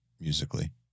musically